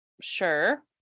Sure